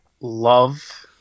love